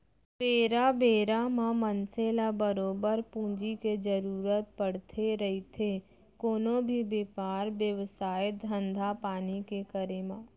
बेरा बेरा म मनसे ल बरोबर पूंजी के जरुरत पड़थे रहिथे कोनो भी बेपार बेवसाय, धंधापानी के करे म